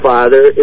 Father